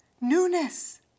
Newness